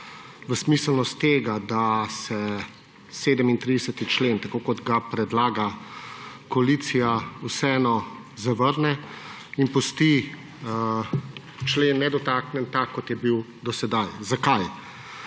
v smiselnost tega, da se 37. člen, tako kot ga predlaga koalicija, vseeno zavrne in pusti člen nedotaknjen, tak, kot je bil do sedaj. Zakaj?